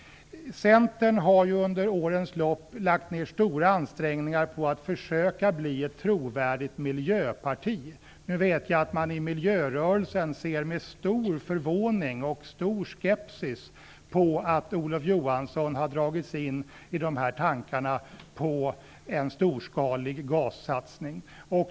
Centern har ju under årens lopp lagt ned stora ansträngningar på att försöka bli ett trovärdigt miljöparti. Nu vet jag att man i miljörörelsen ser med stor förvåning och skepsis på att Olof Johansson har dragits in i dessa tankar på en storskalig gassatsning.